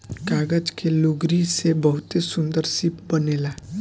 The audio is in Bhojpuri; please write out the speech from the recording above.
कागज के लुगरी से बहुते सुन्दर शिप बनेला